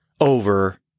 over